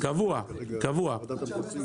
היושב-ראש,